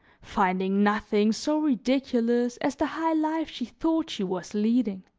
finding nothing so ridiculous as the high life she thought she was leading